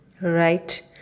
Right